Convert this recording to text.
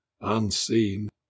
unseen